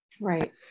Right